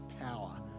power